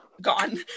gone